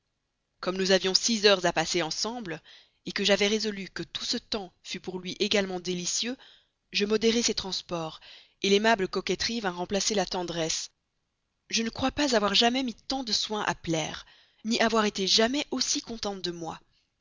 comme nous avions six heures à passer ensemble que j'avais résolu que tout ce temps fût pour lui également délicieux je modérais ses transports l'aimable coquetterie vint remplacer la tendresse je ne crois pas avoir jamais mis tant de soin à plaire ni avoir été jamais aussi contente de moi